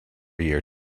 year